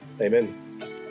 Amen